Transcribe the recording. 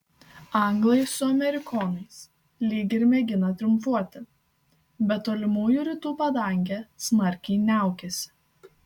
anglai su amerikonais lyg ir mėgina triumfuoti bet tolimųjų rytų padangė smarkiai niaukiasi